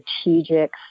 strategic